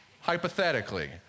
hypothetically